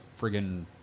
friggin